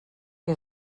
que